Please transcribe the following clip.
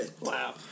Wow